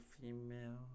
female